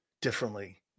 differently